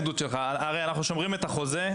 הרי אנחנו שומרים את החוזה,